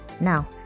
Now